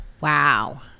Wow